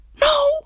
No